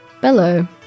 bellow